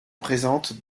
présente